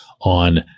on